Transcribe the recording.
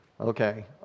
Okay